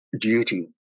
duty